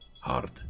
hard